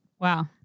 Wow